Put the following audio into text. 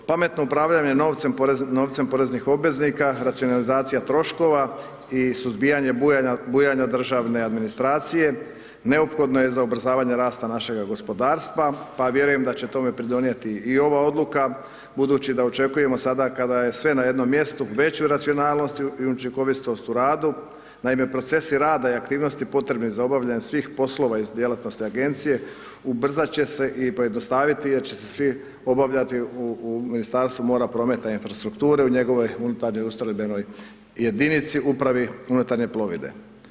Pametno upravljanje novcem poreznih obveznika, racionalizacija troškova i suzbijanje bujanja državne administracije neophodno je za ubrzavanje rasta našega gospodarstva pa vjerujem da će tome pridonijeti i ova odluka budući da očekujemo sada kada je sve na jednom mjestu veću racionalnost i učinkovitost u radu, naime procesi rada i aktivnosti potrebnih za obavljanje svih poslova iz djelatnosti agencije ubrzati će se i pojednostaviti jer će se svi obavljati u Ministarstvu mora, prometa i infrastrukture u njegovoj unutarnjoj ustrojbenoj jedinici, upravi unutarnje plovidbe.